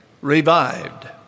revived